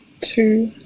two